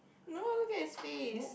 no look at his face